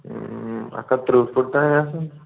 اکھ ہَتھ تٕرہ فُٹ تانۍ آسیٚن